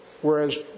Whereas